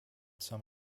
some